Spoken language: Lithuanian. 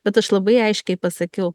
bet aš labai aiškiai pasakiau